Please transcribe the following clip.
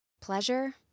Pleasure